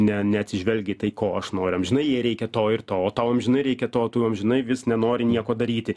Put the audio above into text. ne neatsižvelgia į tai ko aš noriu amžinai jai reikia to ir to o tau amžinai reikia to tu amžinai vis nenori nieko daryti